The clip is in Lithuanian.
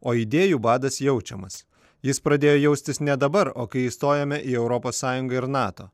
o idėjų badas jaučiamas jis pradėjo jaustis ne dabar o kai įstojome į europos sąjungą ir nato